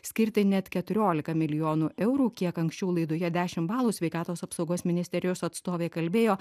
skirti net keturiolika milijonų eurų kiek anksčiau laidoje dešimt balų sveikatos apsaugos ministerijos atstovė kalbėjo